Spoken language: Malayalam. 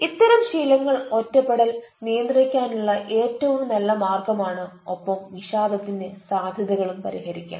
ഇത്തരം ശീലങ്ങൾ ഒറ്റപ്പെടൽ നിയന്ത്രിക്കാനുള്ള ഏറ്റവും നല്ല മാർഗ്ഗം ആണ് ഒപ്പം വിഷാദത്തിന്റെ സാധ്യതകളും പരിഹരിക്കാം